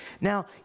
Now